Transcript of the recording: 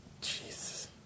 Jesus